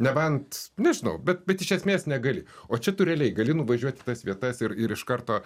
nebent nežinau bet bet iš esmės negali o čia tu realiai gali nuvažiuoti į tas vietas ir ir iš karto